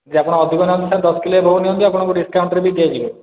ଯଦି ଆପଣ ଅଧିକ ନେବେ ଦଶ କିଲୋ ଏବୋଭ୍ ନିଅନ୍ତି ଆପଣଙ୍କୁ ଡିସ୍କାଉଣ୍ଟ୍ରେ ବି ଦିଆଯିବ